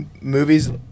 movies